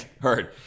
heard